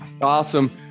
awesome